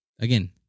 Again